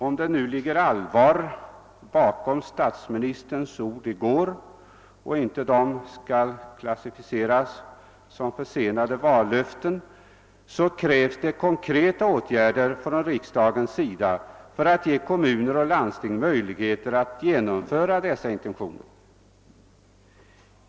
Om det ligger allvar bakom statsministerns ord i går och de inte skall klassificeras som försenade vallöften, krävs det konkreta åtgärder av riksdagen för att ge kommuner och landsting möjligheter att genomföra dessa intentioner.